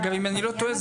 אם אני לא טועה,